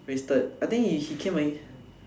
wasted I think if he came early